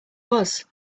was